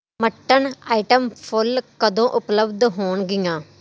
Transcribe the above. mutton item full ਕਦੋਂ ਉਪਲੱਬਧ ਹੋਣਗੀਆਂ